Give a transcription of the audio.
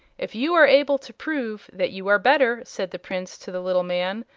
if you are able to prove that you are better, said the prince to the little man,